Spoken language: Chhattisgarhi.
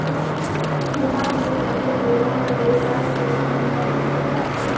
खूंटा में लगे गेरवा ले गाय गोरु मन ल बांधल जाथे